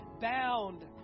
bound